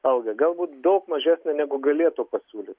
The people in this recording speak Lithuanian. algą galbūt daug mažesnę negu galėtų pasiūlyt